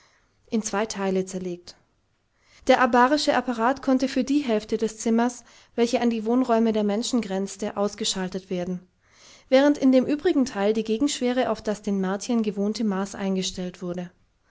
in zwei teile zerlegt der abarische apparat konnte für die hälfte des zimmers welche an die wohnräume der menschen grenzte ausgeschaltet werden während in dem übrigen teil die gegenschwere auf das den martiern gewohnte maß eingestellt wurde